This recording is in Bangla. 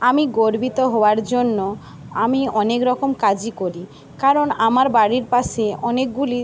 আমি গর্বিত হওয়ার জন্য আমি অনেক রকম কাজই করি কারণ আমার বাড়ির পাশে অনেকগুলি